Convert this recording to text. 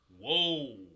Whoa